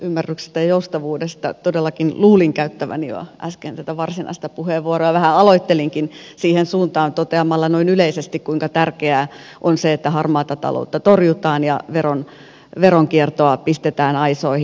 todellakin luulin käyttäväni jo äsken tätä varsinaista puheenvuoroa ja vähän aloittelinkin siihen suuntaan toteamalla noin yleisesti kuinka tärkeää on se että harmaata taloutta torjutaan ja veronkiertoa pistetään aisoihin